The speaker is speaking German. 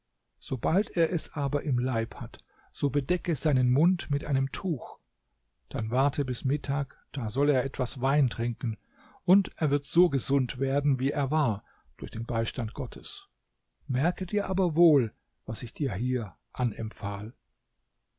sobald er es aber im leib hat so bedecke seinen mund mit einem tuch dann warte bis mittag da soll er etwas wein trinken und er wird so gesund werden wie er war durch den beistand gottes merke dir aber wohl was ich dir hier anempfahl